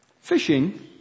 Fishing